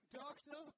doctor